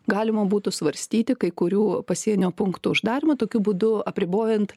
galima būtų svarstyti kai kurių pasienio punktų uždarymą tokiu būdu apribojant